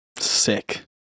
Sick